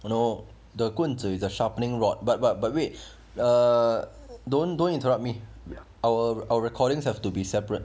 you know the 棍子 is a sharpening rod but but but wait uh don't don't interrupt me our our recordings have to be separate